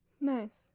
Nice